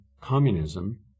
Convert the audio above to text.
communism